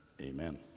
amen